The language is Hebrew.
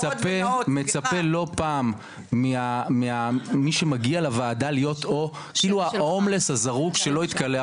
מצפה לא פעם ממי שמגיע לוועדה להיות כאילו ההומלס הזרוק שלא התקלח.